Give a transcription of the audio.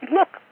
look